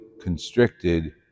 constricted